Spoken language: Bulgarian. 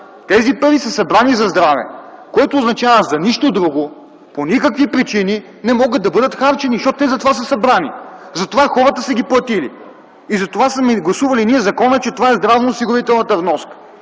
тези пари са събрани за здраве, което означава за нищо друго. По никакви причини не могат да бъдат харчени, защото те затова са събрани! Затова хората са ги платили! Затова ние сме гласували закона, че това е здравноосигурителната вноска.